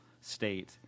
state –